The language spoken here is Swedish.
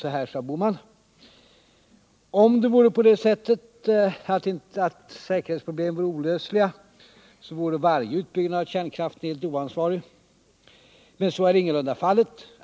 Så här sade herr Bohman: Om det vore på det sättet att säkerhetsproblemen är olösliga, så vore varje utbyggnad av kärnkraften helt oansvarig. Men så är ingalunda fallet.